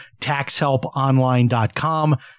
Taxhelponline.com